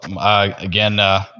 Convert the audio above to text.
again